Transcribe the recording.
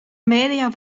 media